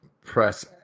press